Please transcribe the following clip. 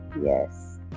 Yes